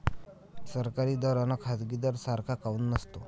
सरकारी दर अन खाजगी दर सारखा काऊन नसतो?